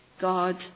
God